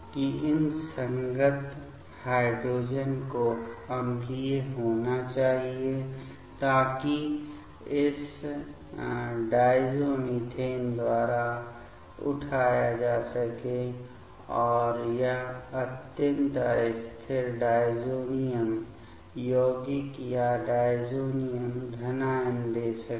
कि इन संगत हाइड्रोजन को अम्लीय होना चाहिए ताकि इसे इस डायज़ोमीथेन द्वारा उठाया जा सके और यह अत्यंत अस्थिर डायज़ोनियम यौगिक या डायज़ोनियम धनायन दे सके